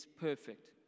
Perfect